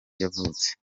yavutse